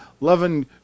loving